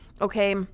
okay